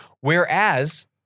Whereas